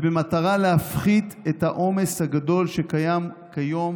במטרה להפחית את העומס הגדול שקיים כיום